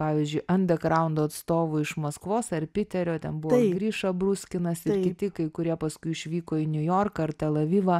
pavyzdžiui andegraundo atstovų iš maskvos ar pyterio ten buvo gryša bruskinas ir kiti kai kurie paskui išvyko į niujorką ar tel avivą